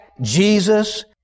Jesus